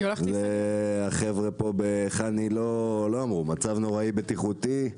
החבר'ה פה בחנ"י לא אמרו מצב נוראי בטיחותי,